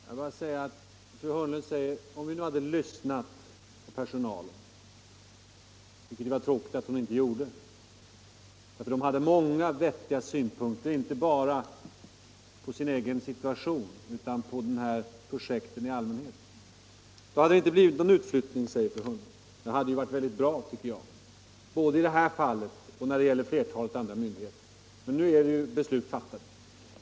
Herr talman! Fru Hörnlund säger att om man hade lyssnat på personalen — det var tråkigt att hon inte gjorde det, därför att den hade många vettiga synpunkter inte bara på sin egen situation utan på de här projekten i allmänhet — då hade det inte blivit någon utflyttning. Det hade varit väldigt bra, tycker jag, både i det här fallet och när det gäller flertalet andra myndigheter. Nu är besluten fattade.